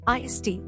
IST